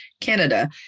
Canada